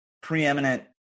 preeminent